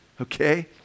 Okay